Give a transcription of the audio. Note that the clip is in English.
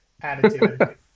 attitude